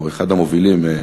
אחת המובילות,